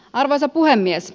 arvoisa puhemies